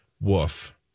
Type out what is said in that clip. woof